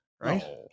right